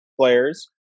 players